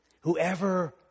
Whoever